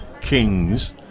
kings